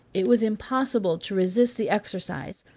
it was impossible to resist the exercise,